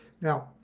Now